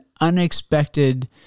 unexpected